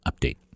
update